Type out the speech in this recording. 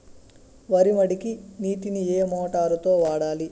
వరి మడికి నీటిని ఏ మోటారు తో వాడాలి?